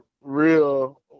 real